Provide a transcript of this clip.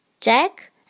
Jack